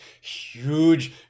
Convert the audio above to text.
huge